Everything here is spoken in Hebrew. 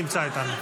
נמצא איתנו,